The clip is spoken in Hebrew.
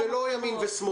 זה לא ימין ושמאל.